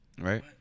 right